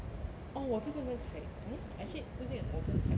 oh 我最近跟 kai eh I head 最近我跟 kai jun